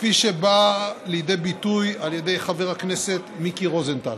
כפי שבאה לידי ביטוי על ידי חבר הכנסת מיקי רוזנטל.